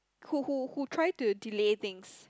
who who who try to delay things